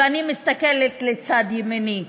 ואני מסתכלת לימיני.